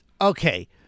okay